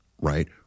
right